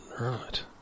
right